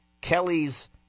kelly's